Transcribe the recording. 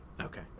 Okay